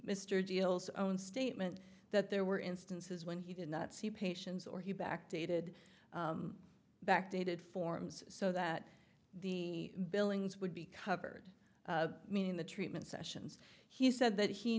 mr deal's own statement that there were instances when he did not see patients or he backdated backdated forms so that the billings would be covered meaning the treatment sessions he said that he